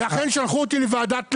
לכן שלחו אותי לוועדת למ"ד.